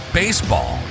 baseball